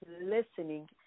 listening